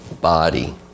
body